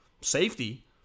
safety